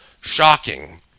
shocking